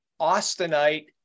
austenite